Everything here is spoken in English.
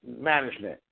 management